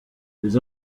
les